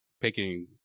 picking